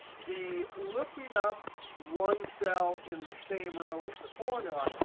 the looking up one cell in the same row as the formula,